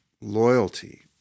loyalty